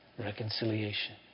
reconciliation